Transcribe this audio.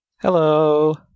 Hello